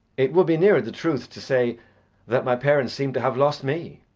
it would be nearer the truth to say that my parents seem to have lost me.